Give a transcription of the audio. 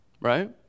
right